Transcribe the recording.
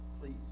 Please